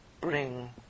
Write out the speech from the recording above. bring